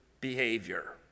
behavior